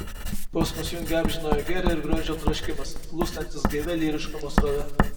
posmus jungia amžinojo gėrio ir grožio troškimas plūstantis gaivia lyriškumo srove